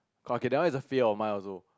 okay that one is a fear of mind also